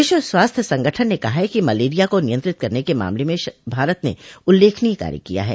विश्व स्वास्थ्य संगठन ने कहा है कि मलेरिया को नियंत्रित करने के मामले में भारत ने उल्लेखनीय काय किया है